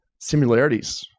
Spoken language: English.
similarities